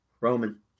Roman